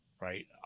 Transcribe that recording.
right